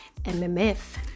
mmf